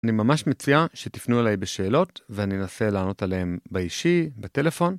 אני ממש מציע שתפנו אליי בשאלות ואני אנסה לענות עליהן באישי, בטלפון.